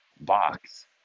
box